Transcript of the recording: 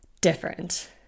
different